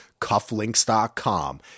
cufflinks.com